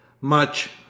Much